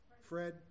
Fred